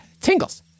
tingles